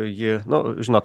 ji nu žinot